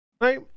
Right